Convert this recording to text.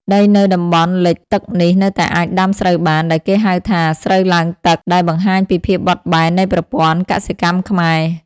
ដីនៅតំបន់លិចទឹកនេះនៅតែអាចដាំស្រូវបាន ដែលគេហៅថា ស្រូវឡើងទឹក ដែលបង្ហាញពីភាពបត់បែននៃប្រព័ន្ធកសិកម្មខ្មែរ។